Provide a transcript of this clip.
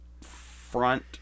front